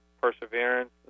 perseverance